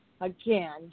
Again